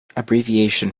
abbreviation